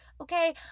Okay